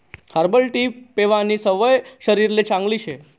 herbal tea पेवानी सवय शरीरले चांगली शे